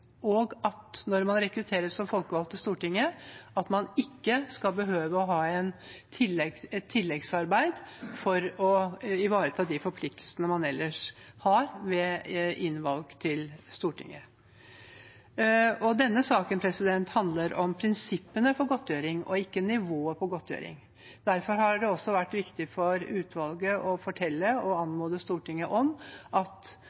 og at man når man rekrutteres som folkevalgt til Stortinget, ikke skal behøve å ha et tilleggsarbeid for å ivareta de forpliktelsene man ellers har ved innvalg til Stortinget. Denne saken handler om prinsippene for godtgjøring og ikke nivået på godtgjøring. Derfor har det også vært viktig for utvalget å fortelle og anmode Stortinget om at